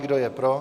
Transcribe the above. Kdo je pro?